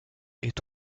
est